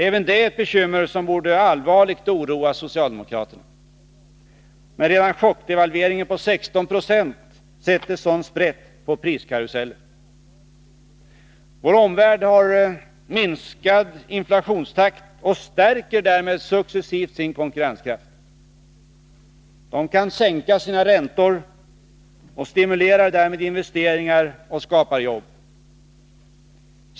Även det är ett bekymmer som allvarligt borde oroa socialdemokraterna, när redan chockdevalveringen på 16 90 sätter sådan sprätt på priskarusellen. Vår omvärld har minskad inflationstakt och stärker därmed successivt sin konkurrenskraft. De kan sänka sina räntor och stimulerar därmed investeringar och skapar jobb.